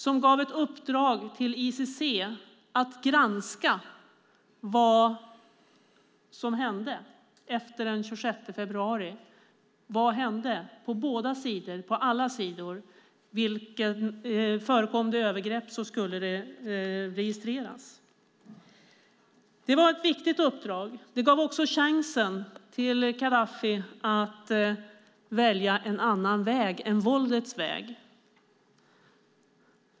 Man gav i uppdrag åt ICC att granska vad som hände på alla sidor efter den 26 februari. Om det förekom övergrepp skulle det registreras. Det var ett viktigt uppdrag. Det gav Gaddafi chansen att välja en annan väg än våldets väg.